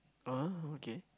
ah okay